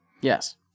Yes